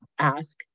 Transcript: ask